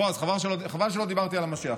בועז, חבל שלא דיברתי על המשיח.